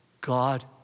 God